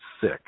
sick